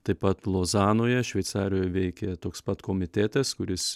taip pat lozanoje šveicarijoj veikė toks pat komitėtas kuris